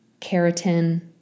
keratin